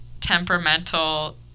temperamental